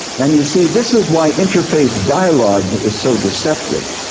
and you see, this is why interfaith dialogue is so deceptive.